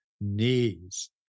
knees